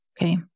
Okay